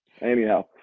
Anyhow